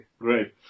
great